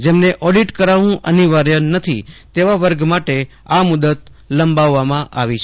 જેમને ઓડીટ કરાવવું અનિવાર્ય નથી તેવા વર્ગ માટે આ મુદત લંબાવવામાં આવી છે